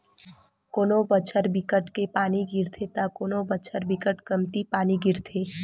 कोनो बछर बिकट के पानी गिरथे त कोनो बछर बिकट कमती पानी गिरथे